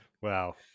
Wow